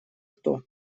кто